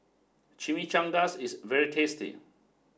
Chimichangas is very tasty